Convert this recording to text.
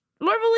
normally